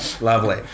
Lovely